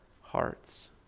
hearts